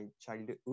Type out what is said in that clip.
childhood